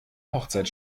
hochzeit